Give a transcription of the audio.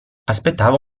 aspettava